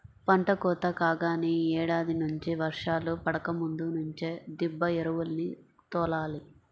పంట కోత కాగానే యీ ఏడాది నుంచి వర్షాలు పడకముందు నుంచే దిబ్బ ఎరువుల్ని తోలాలి